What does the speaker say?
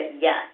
yes